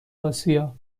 آسیا